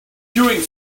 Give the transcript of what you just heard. doing